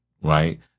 right